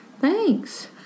Thanks